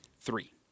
Three